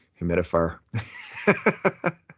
humidifier